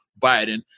Biden